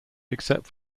except